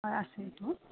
হয় আছে এইটো